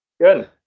Good